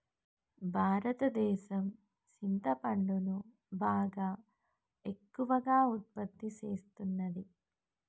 భారతదేసం సింతపండును బాగా ఎక్కువగా ఉత్పత్తి సేస్తున్నది